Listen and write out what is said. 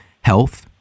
health